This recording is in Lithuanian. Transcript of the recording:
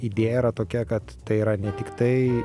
idėja yra tokia kad tai yra ne tiktai